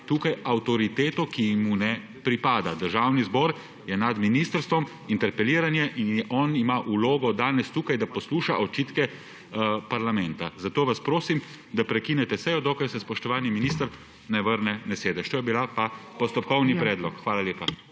izvaja avtoriteto, ki mu ne pripada. Državni zbor je nad ministrstvom, interpeliran je in on ima vlogo danes tukaj, da posluša očitke parlamenta. Zato vas prosim, da prekinete sejo, dokler se spoštovani minister ne vrne na sedež. To velja kot postopkovni predlog. Hvala.